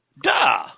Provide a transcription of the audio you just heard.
Duh